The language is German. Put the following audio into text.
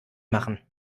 machen